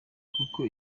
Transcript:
kuko